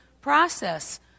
process